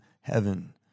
heaven